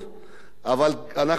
אנחנו ראינו את זה,